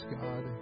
God